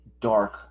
dark